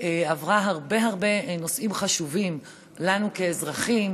עברה הרבה הרבה נושאים חשובים לנו כאזרחים,